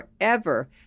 forever